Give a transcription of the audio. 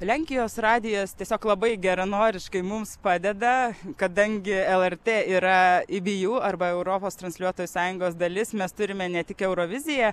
lenkijos radijas tiesiog labai geranoriškai mums padeda kadangi lrt yra y by jų arba europos transliuotojų sąjungos dalis mes turime ne tik euroviziją